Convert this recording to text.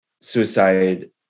suicide